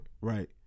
right